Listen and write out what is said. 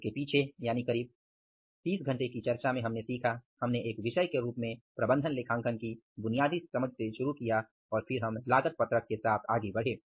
और इस पीछे यानि करीब 30 घंटे की चर्चा में हमने सीखा हमने एक विषय के रूप में प्रबंधन लेखांकन की बुनियादी समझ से शुरू किया और फिर हम लागत पत्रक के साथ आगे बढे